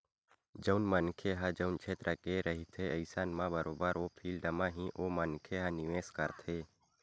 जउन मनखे ह जउन छेत्र के रहिथे अइसन म बरोबर ओ फील्ड म ही ओ मनखे ह निवेस करथे